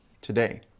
today